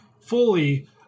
fully